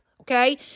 Okay